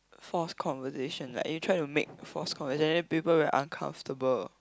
forced conversation like you try to make forced conversation and then people very uncomfortable